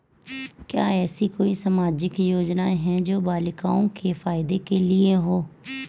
क्या ऐसी कोई सामाजिक योजनाएँ हैं जो बालिकाओं के फ़ायदे के लिए हों?